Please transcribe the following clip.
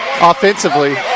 offensively